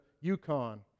Yukon